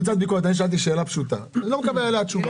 שאלתי שאלה פשוטה ואני לא מקבל עליה תשובה.